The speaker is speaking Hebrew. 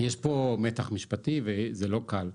יש פה מתח משפטי וזה לא קל,